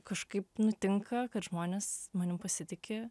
kažkaip nutinka kad žmonės manim pasitiki